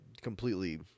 completely